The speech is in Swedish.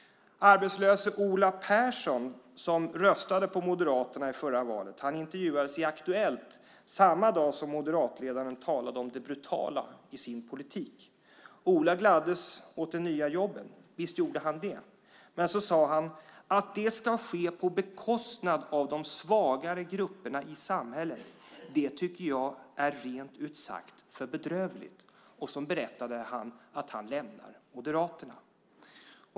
Arbetslöse Ola Persson som röstade på Moderaterna i förra valet intervjuades i Aktuellt samma dag som moderatledaren talade om det brutala i sin politik. Ola gladdes åt det nya jobbet - visst gjorde han det - men sedan sade han: Att det ska ske på bekostnad av de svagare grupperna i samhället tycker jag är rent ut sagt för bedrövligt. Därefter berättade han att han lämnar Moderaterna.